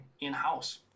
in-house